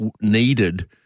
needed